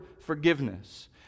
forgiveness